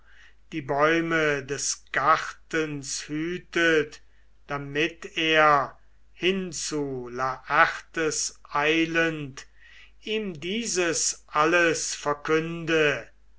die bäume des gartens hütet damit er hin zu laertes eilend ihm dieses alles verkünde